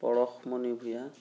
Parashmoni Bhuyan